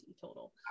total